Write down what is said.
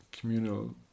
communal